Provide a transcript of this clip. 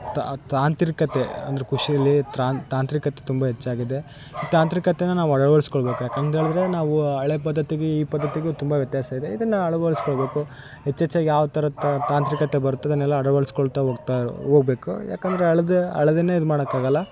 ತಾ ತಾಂತ್ರಿಕತೆ ಅಂದರೆ ಕೃಷೀಲಿ ತಾನ್ ತಾಂತ್ರಿಕತೆ ತುಂಬ ಹೆಚ್ಚಾಗಿದೆ ತಾಂತ್ರಿಕತೆ ನಾವು ಅಳವಡಿಸ್ಕೊಳ್ಬೇಕು ಯಾಕಂದೇಳಿದ್ರೆ ನಾವು ಹಳೆ ಪದ್ದತಿಗು ಈ ಪದ್ದತಿಗು ತುಂಬ ವ್ಯತ್ಯಾಸ ಇದೆ ಇದನ್ನು ಅಳ್ವಡಿಸ್ಕೊಳ್ಬೇಕು ಹೆಚ್ಚೆಚ್ಚಾಗ್ ಯಾವ ಥರದ್ ತಾಂತ್ರಿಕತೆ ಬರ್ತದೆ ಅದನೆಲ್ಲ ಅಳ್ವಸ್ಕೊಳ್ತಾ ಹೋಗ್ತಾ ಹೋಗ್ಬೇಕ್ ಯಾಕಂದರೆ ಹಳೆದೆ ಹಳೆದೆನೆ ಇದು ಮಾಡೋಕ್ಕಾಗಲ್ಲ